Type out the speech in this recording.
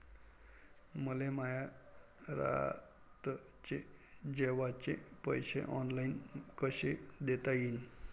मले माया रातचे जेवाचे पैसे ऑनलाईन कसे देता येईन?